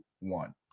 one